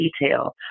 detail